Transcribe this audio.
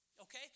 Okay